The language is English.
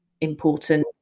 important